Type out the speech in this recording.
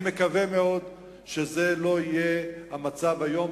אני מקווה שזה לא יהיה המצב היום.